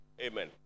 Amen